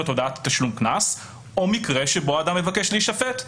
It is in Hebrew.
הודעת תשלום קנס או מקרה שבו אדם מבקש להישפט".